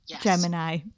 Gemini